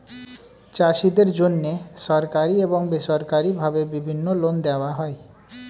চাষীদের জন্যে সরকারি এবং বেসরকারি ভাবে বিভিন্ন লোন দেওয়া হয়